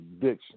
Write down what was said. addiction